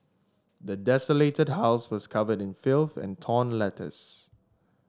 the desolated house was covered in filth and torn letters